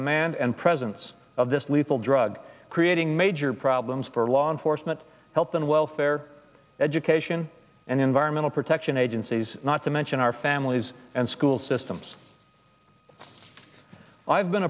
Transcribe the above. demand and presence of this lethal drug creating major problems for law enforcement health and welfare education and environmental protection agencies not to mention our families and school systems i've been